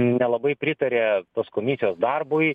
nelabai pritarė tos komisijos darbui